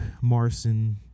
Marson